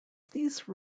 these